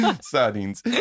Sardines